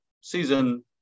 season